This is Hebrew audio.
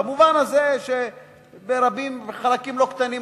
במובן הזה שבחלקים לא קטנים,